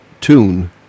tune